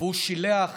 והוא שילח